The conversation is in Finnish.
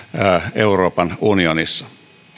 euroopan unionissa